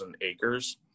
acres